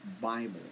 Bible